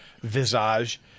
visage